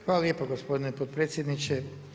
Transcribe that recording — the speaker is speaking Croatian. Hvala lijepo gospodine potpredsjedniče.